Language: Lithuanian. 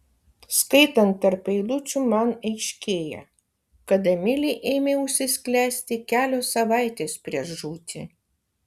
skaitant tarp eilučių man aiškėja kad emilė ėmė užsisklęsti kelios savaitės prieš žūtį